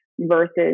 versus